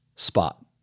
spot